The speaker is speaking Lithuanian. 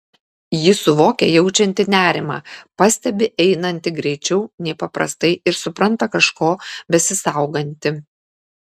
ji suvokia jaučianti nerimą pastebi einanti greičiau nei paprastai ir supranta kažko besisauganti